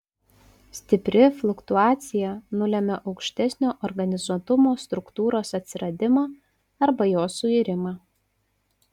stipri fluktuacija nulemia aukštesnio organizuotumo struktūros atsiradimą arba jos suirimą